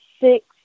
six